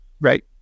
Right